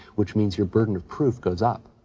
which means your burden of proof goes up,